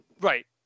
right